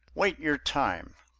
wait your time!